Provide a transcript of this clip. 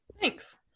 Thanks